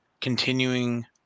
continuing